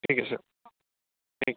ٹھیک ہے سر ٹھیک